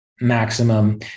maximum